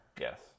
Yes